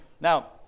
Now